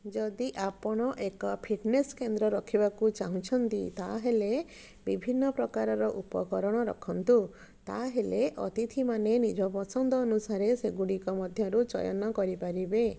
ଯଦି ଆପଣ ଏକ ଫିଟନେସ୍ କେନ୍ଦ୍ର ରଖିବାକୁ ଚାହୁଁଛନ୍ତି ତା'ହେଲେ ବିଭିନ୍ନ ପ୍ରକାରର ଉପକରଣ ରଖନ୍ତୁ ତାହେଲେ ଅତିଥିମାନେ ନିଜ ପସନ୍ଦ ଅନୁସାରେ ସେଗୁଡ଼ିକ ମଧ୍ୟରୁ ଚୟନ କରିପାରିବେ